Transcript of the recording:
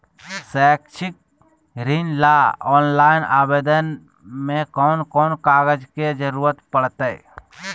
शैक्षिक ऋण ला ऑनलाइन आवेदन में कौन कौन कागज के ज़रूरत पड़तई?